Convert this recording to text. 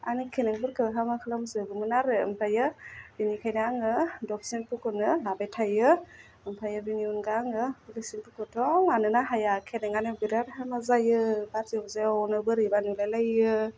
आंनि खेनेंफोरखौ हामा खालाम जोबोमोन आरो ओमफ्रायो बिनिखायनो आङो दभ सिम्पुखौनो लाबाय थायो ओमफ्राय बिनि अनगा आङो बे सेम्पुखौथ' लानोनो हाया खेरेङानो बिराद हामा जायो बारजेवजेवनो बोरैबा नुलाय लाइयो